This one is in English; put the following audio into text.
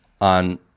on